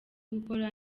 gukora